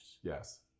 yes